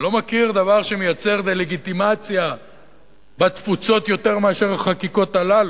אני לא מכיר דבר שמייצר דה-לגיטימציה בתפוצות יותר מאשר החקיקות הללו,